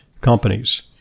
companies